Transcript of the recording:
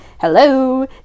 hello